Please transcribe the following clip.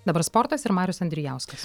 dabar sportas ir marius andrijauskas